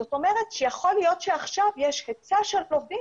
זאת אומרת שיכול להיות שעכשיו יש היצע של עובדים